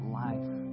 life